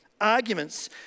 Arguments